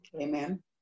Amen